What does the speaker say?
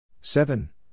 seven